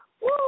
Woo